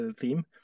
theme